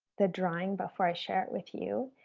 the drawing before i share it with you.